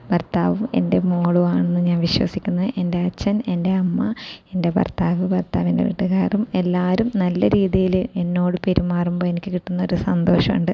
ഭർത്താവും എൻ്റെ മോളുമാണെന്ന് ഞാൻ വിശ്വസിക്കുന്നു എൻ്റെ അച്ഛൻ എൻ്റെ അമ്മ എൻ്റെ ഭർത്താവ് ഭർത്താവിൻ്റെ വീട്ടുകാരും എല്ലാവരും നല്ല രീതിയിൽ എന്നോട് പെരുമാറുമ്പം എനിക്ക് കിട്ടുന്ന ഒരു സന്തോഷമുണ്ട്